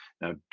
Now